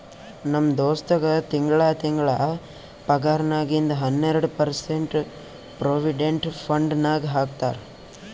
ನಮ್ ದೋಸ್ತಗ್ ತಿಂಗಳಾ ತಿಂಗಳಾ ಪಗಾರ್ನಾಗಿಂದ್ ಹನ್ನೆರ್ಡ ಪರ್ಸೆಂಟ್ ಪ್ರೊವಿಡೆಂಟ್ ಫಂಡ್ ನಾಗ್ ಹಾಕ್ತಾರ್